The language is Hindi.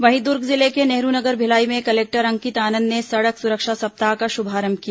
वहीं दूर्ग जिले के नेहरू नगर भिलाई में कलेक्टर अंकित आनंद ने सड़क सुरक्षा सप्ताह का शुभारंभ किया